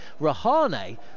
Rahane